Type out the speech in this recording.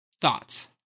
Thoughts